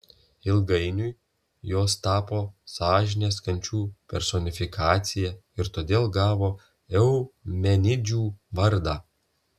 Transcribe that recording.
ilgainiui jos tapo sąžinės kančių personifikacija ir todėl gavo eumenidžių vardą